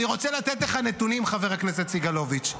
אני רוצה לתת לך נתונים, חבר הכנסת סגלוביץ'.